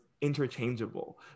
interchangeable